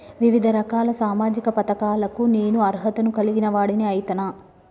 వివిధ రకాల సామాజిక పథకాలకు నేను అర్హత ను కలిగిన వాడిని అయితనా?